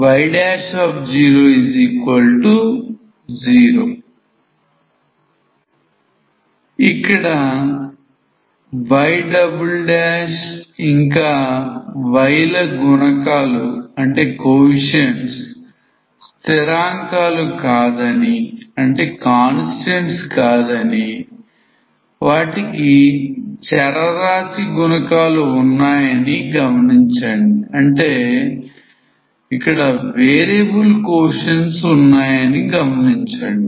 ఇక్కడ y ఇంకా y ల గుణకాలు స్థిరాంకాలు కాదని వాటికి చరరాశి గుణకాలు ఉన్నాయని గమనించండి